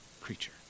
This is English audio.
creature